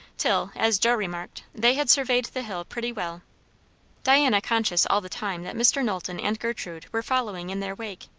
till, as joe remarked, they had surveyed the hill pretty well diana conscious all the time that mr. knowlton and gertrude were following in their wake.